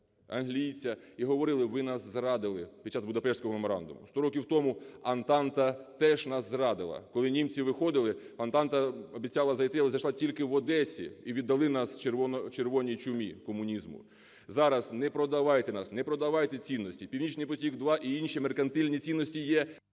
англійця, і говорили: "Ви нас зрадили під час Будапештського меморандуму". Сто років тому Антанта теж нас зрадила: коли німці виходили, Антанта обіцяла зайти, але зайшла тільки в Одесу, і віддали нас "червоній чумі", комунізму. Зараз не продавайте нас, не продавайте цінності! "Північний потік-2" і інші меркантильні цінності є…